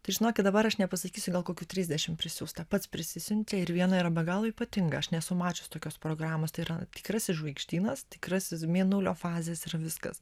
tai žinokit dabar aš nepasakysiu gal kokių trisdešim prisiųsta pats prisiunčia ir viena yra be galo ypatinga aš nesu mačius tokios programos tai yra tikrasis žvaigždynas tikrasis mėnulio fazės yra viskas